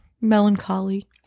melancholy